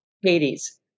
Hades